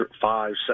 five